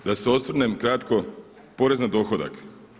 Da se osvrnem kratko, porez na dohodak.